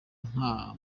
nta